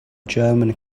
german